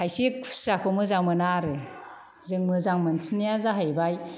खायसे खुसियाखौ मोजां मोना आरो जों मोजां मोनसिननाया जाहैबाय